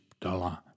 dollar